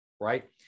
right